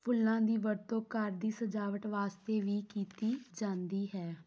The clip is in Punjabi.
ਫੁੱਲਾਂ ਦੀ ਵਰਤੋਂ ਘਰ ਦੀ ਸਜਾਵਟ ਵਾਸਤੇ ਵੀ ਕੀਤੀ ਜਾਂਦੀ ਹੈ